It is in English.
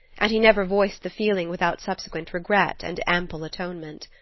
and he never voiced the feeling without subsequent regret and ample atonement.